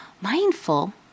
mindful